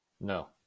No